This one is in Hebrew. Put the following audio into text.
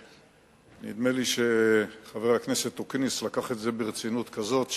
נדמה לי שחבר הכנסת אקוניס לקח את זה ברצינות כזאת,